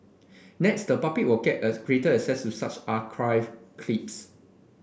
next the public will get greater access to such archived clips